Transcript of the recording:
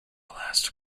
last